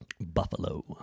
Buffalo